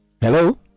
Hello